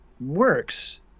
works